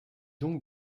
donc